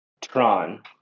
Tron